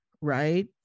right